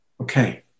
Okay